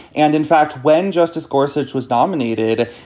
and in fact, when justice gorsuch was nominated,